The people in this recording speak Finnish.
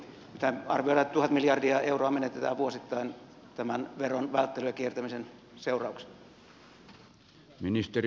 arvioidaan että tuhat miljardia euroa menetetään vuosittain tämän veron välttelyn ja kiertämisen seurauksena